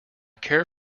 care